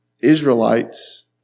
Israelites